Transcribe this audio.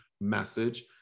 message